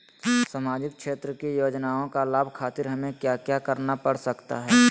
सामाजिक क्षेत्र की योजनाओं का लाभ खातिर हमें क्या क्या करना पड़ सकता है?